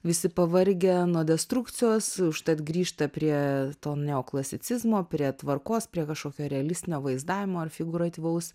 visi pavargę nuo destrukcijos užtat grįžta prie to neoklasicizmo prie tvarkos prie kažkokio realistinio vaizdavimo ar figūratyvaus